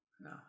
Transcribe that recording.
No